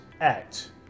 act